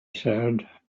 said